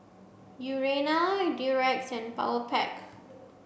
Urana Durex and Powerpac